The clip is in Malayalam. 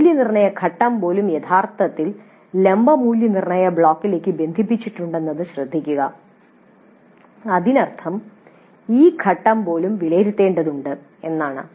മൂല്യനിർണ്ണയ ഘട്ടം പോലും യഥാർത്ഥത്തിൽ ലംബ മൂല്യനിർണ്ണയ ബ്ലോക്കിലേക്ക് ബന്ധിപ്പിച്ചിട്ടുണ്ടെന്നത് ശ്രദ്ധിക്കുക അതിനർത്ഥം ഈ ഘട്ടം പോലും വിലയിരുത്തേണ്ടതുണ്ട് എന്നാണ്